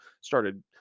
started